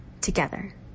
together